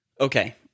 Okay